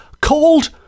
called